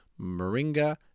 Moringa